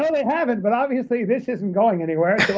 no, they haven't, but obviously this isn't going anywhere,